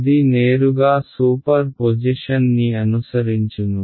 ఇది నేరుగా superposition ని అనుసరించును